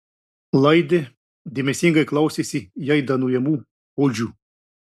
laidė dėmesingai klausėsi jai dainuojamų odžių